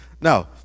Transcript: no